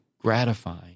gratifying